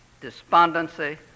despondency